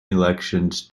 elections